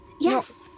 Yes